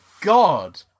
God